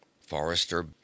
Forrester